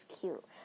cute